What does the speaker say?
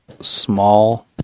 small